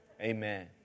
Amen